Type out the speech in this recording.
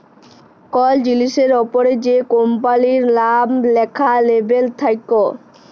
call জিলিসের অপরে যে কম্পালির লাম ল্যাখা লেবেল থাক্যে